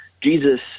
Jesus